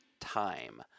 time